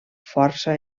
força